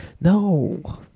No